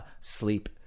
sleep